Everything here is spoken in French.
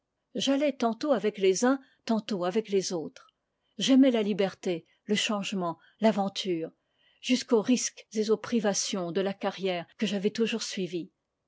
j'allais tantôt avec les uns tantôt avec les autres j'aimais la liberté le changement l'aventure jusqu'aux risques et aux privations de la carrière que j'avais toujours suivie